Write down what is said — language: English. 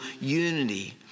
unity